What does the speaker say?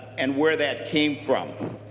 and where that came from.